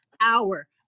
hour